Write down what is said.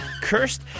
Cursed